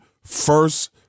first